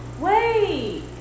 Wait